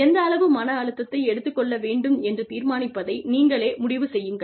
எந்த அளவு மன அழுத்தத்தை எடுத்துக் கொள்ள வேண்டும் என்று தீர்மானிப்பதை நீங்களே முடிவு செய்யுங்கள்